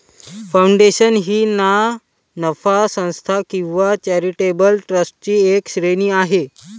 foundation ही ना नफा संस्था किंवा चॅरिटेबल ट्रस्टची एक श्रेणी आहे